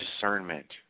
discernment